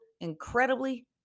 incredibly